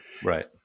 Right